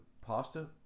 pasta